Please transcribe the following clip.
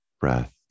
breath